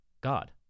God